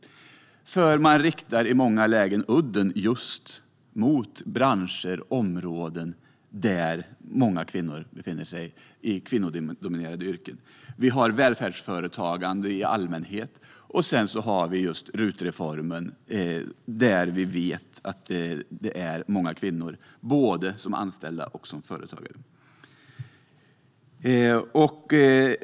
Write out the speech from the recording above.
Man riktar nämligen i många lägen udden just mot branscher och områden där många kvinnor befinner sig, mot kvinnodominerade yrken. Det gäller välfärdsföretagande i allmänhet och sedan just RUT-reformen. Där vet vi att det finns många kvinnor, både som anställda och som företagare.